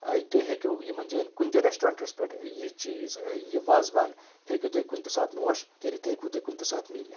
تُہۍ ہیٚکِو یِمَن جایَن کُنہِ تہِ رٮ۪سٹورَنٹس پیٹھ یہِ چیٖز یہِ وازٕوان ہیٚکیو تۄہہِ کُنہِ تہِ ساتہٕ نوش کٔرِتھ یہِ ہیکِو تُہۍ کُنہِ تہِ ساتہٕ میٖلِتھ